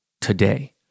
today